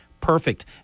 perfect